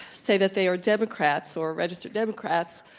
say that they are democrats or registered democrats,